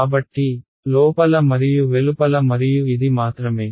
కాబట్టి లోపల మరియు వెలుపల మరియు ఇది మాత్రమే